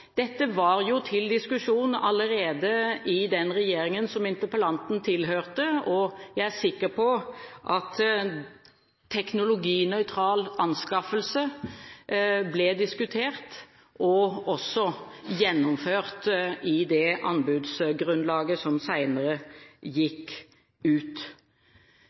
Dette var jo til diskusjon allerede i den regjeringen som interpellanten tilhørte, og jeg er sikker på at teknologinøytral anskaffelse ble diskutert og også gjennomført i det anbudsgrunnlaget som senere gikk ut.